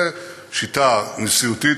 זה שיטה נשיאותית,